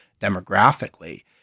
demographically